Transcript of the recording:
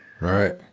Right